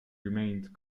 remained